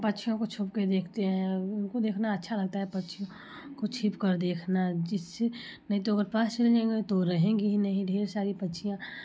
पक्षियों को छुप कर देखते हैं उ उनको देखना अच्छा लगता है पक्षियों को छिप कर देखना जिससे नहीं तो अगर पास चले जायेंगे तो वो रहेंगे ही नहीं ढेर सारी पक्षियां